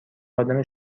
آدم